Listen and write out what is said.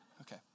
Okay